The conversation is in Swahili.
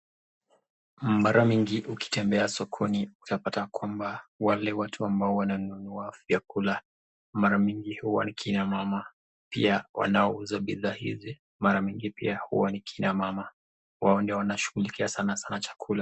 Mara mingi ukitembea sokoni utapata kwamba, wale watu ambao wananunua vyakula mara mingi huwa ni kina mama. Pia wanaouza bidhaa hizi mara mingi pia huwa ni kina mama. Wao ndio wanashughulikia sasa sana chakula.